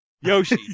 Yoshi